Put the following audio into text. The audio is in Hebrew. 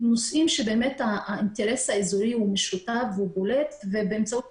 נושאים שהאינטרס האזורי משותף ובולט ובאמצעות